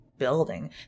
building